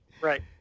Right